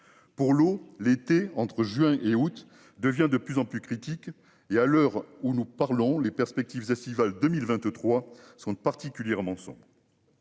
Pour l'eau l'été entre juin et août devient de plus en plus critique et à l'heure où nous parlons les perspectives estivale 2023 sont particulièrement sombres.